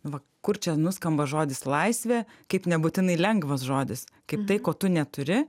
va kur čia nuskamba žodis laisvė kaip nebūtinai lengvas žodis kaip tai ko tu neturi